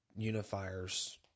unifiers